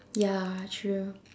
ya true